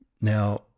Now